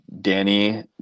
Danny